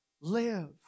live